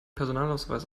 personalausweis